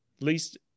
least